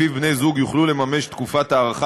שלפיו בני-זוג יוכלו לממש את תקופת הארכה